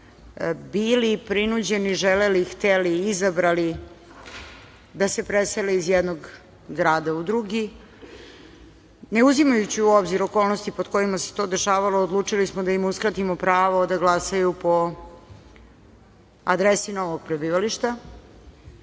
bili prinuđeni, hteli, izabrali da se presele iz jednog grada u drugi, ne uzimajući u obzir okolnosti pod kojima se to dešavalo, odlučili smo da im uskratimo pravo da glasaju po adresi novog prebivališta. Ova